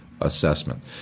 assessment